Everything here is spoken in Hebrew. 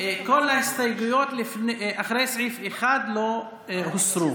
כל ההסתייגויות אחרי סעיף 1 הוסרו.